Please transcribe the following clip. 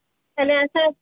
अने असां